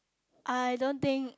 I don't think